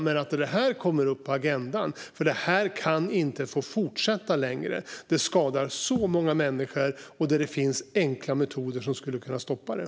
Detta kan inte få fortsätta längre. Det skadar många människor, och det finns enkla metoder som skulle kunna stoppa det.